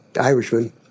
Irishman